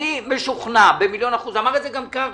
אני משוכנע במיליון אחוז אמר את זה גם קרעי,